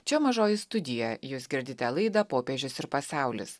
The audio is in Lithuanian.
čia mažoji studija jūs girdite laidą popiežius ir pasaulis